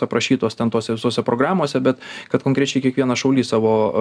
aprašytos ten tose visose programose bet kad konkrečiai kiekvienas šaulys savo